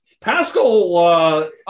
Pascal